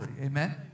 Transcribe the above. amen